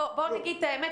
בואו נגיד את האמת,